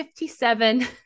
57